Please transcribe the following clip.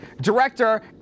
director